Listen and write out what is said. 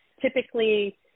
typically